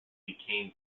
became